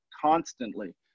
constantly